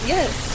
Yes